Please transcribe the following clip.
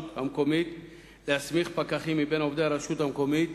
המקומית להסמיך פקחים מבין עובדי הרשות המקומית